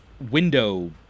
window